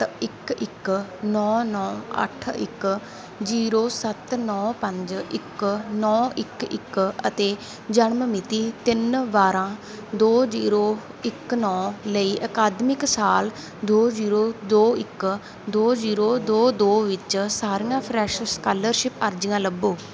ਇੱਕ ਇੱਕ ਨੌਂ ਨੌਂ ਅੱਠ ਇੱਕ ਜੀਰੋ ਸੱਤ ਨੌਂ ਪੰਜ ਇੱਕ ਨੌਂ ਇੱਕ ਇੱਕ ਅਤੇ ਜਨਮ ਮਿਤੀ ਤਿੰਨ ਬਾਰ੍ਹਾਂ ਦੋ ਜੀਰੋ ਇੱਕ ਨੌਂ ਲਈ ਅਕਾਦਮਿਕ ਸਾਲ ਦੋ ਜੀਰੋ ਦੋ ਇੱਕ ਦੋ ਜੀਰੋ ਦੋ ਦੋ ਵਿੱਚ ਸਾਰੀਆਂ ਫਰੈਸ਼ ਸਕਾਲਰਸ਼ਿਪ ਅਰਜੀਆਂ ਲੱਭੋ